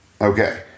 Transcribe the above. Okay